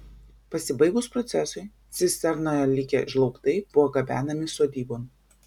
pasibaigus procesui cisternoje likę žlaugtai buvo gabenami sodybon